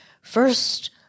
First